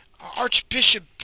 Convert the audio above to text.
Archbishop